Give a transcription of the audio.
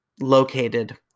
located